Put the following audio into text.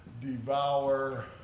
devour